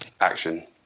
action